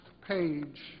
page